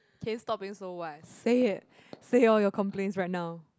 can you stop being so what say it say all your complaints right now